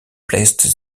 placed